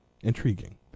intriguing